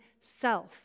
self